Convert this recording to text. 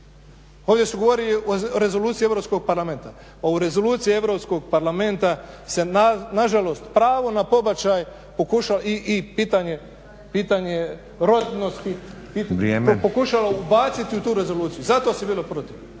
Ovdje se govori o Rezoluciji Europskog parlamenta. O rezoluciji Europskog parlamenta se na žalost pravo na pobačaj pokušava i pitanje rodnosti … …/Upadica Stazić: Vrijeme./… … pokušalo ubaciti u tu rezoluciju i zato se bilo protiv.